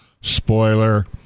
Spoiler